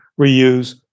reuse